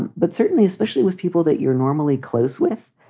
but certainly, especially with people that you're normally close with,